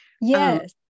Yes